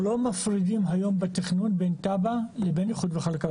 אנחנו לא מפרידים היום בתכנון בין תב"ע לבין איחוד וחלוקה,